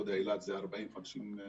ואילת מונה כ-50,000.